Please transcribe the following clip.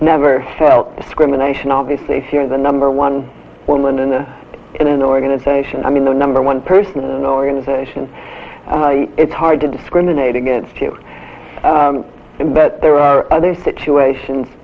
never felt discrimination obviously if you're the number one woman in a in an organization i mean the number one person in an organization it's hard to discriminate against you that there are other situations